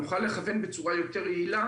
נוכל לכוון בצורה יותר יעילה